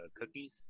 cookies